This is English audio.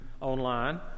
online